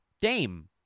Dame